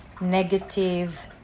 negative